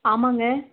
ஆமாங்க